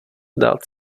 dát